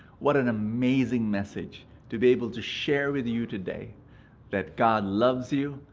what an amazing message to be able to share with you today that god loves you,